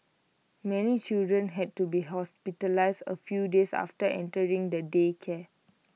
many children had to be hospitalised A few days after entering the daycare